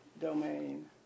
domain